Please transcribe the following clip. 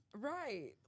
Right